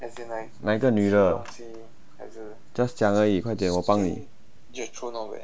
哪一个女的 just 讲而已我帮你